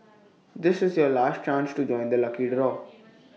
this is your last chance to join the lucky the door